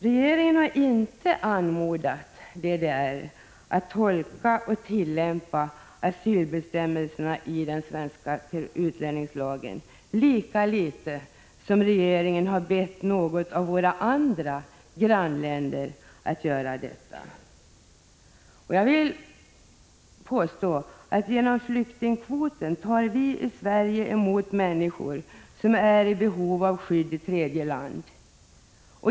Regeringen har inte anmodat DDR att tolka och tillämpa asylbestämmelserna i den svenska utlänningslagen, lika litet som regeringen har bett något av våra andra grannländer att göra detta. Jag vill påstå att vi genom flyktingkvoten tar emot människor i Sverige som är i behov av skydd i tredje land.